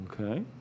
Okay